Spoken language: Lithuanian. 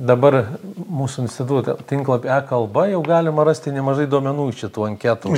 dabar mūsų instituto tinklapy e kalba jau galima rasti nemažai duomenų iš šitų anketų